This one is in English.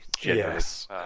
Yes